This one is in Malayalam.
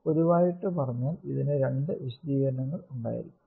പൊതുവായിട്ടു പറഞ്ഞാൽ ഇതിനു രണ്ടു വിശദീകരങ്ങൾ ലഭിക്കും